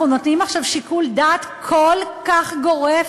אנחנו נותנים עכשיו שיקול דעת כל כך גורף,